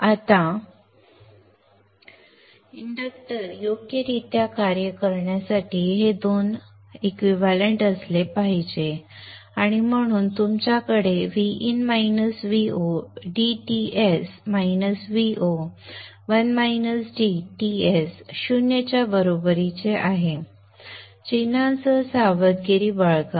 आता इंडक्टर योग्यरित्या कार्य करण्यासाठी हे दोन्ही समतोल असले पाहिजे आणि म्हणून तुमच्याकडे Vin - VodTs Vo Ts 0 च्या बरोबरीचे आहे चिन्हांसह सावधगिरी बाळगा